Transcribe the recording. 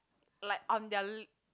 like on their lip